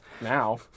now